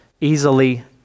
easily